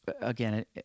again